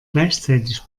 gleichzeitig